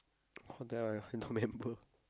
oh damn I I don't remember